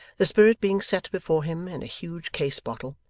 the spirit being set before him in a huge case-bottle,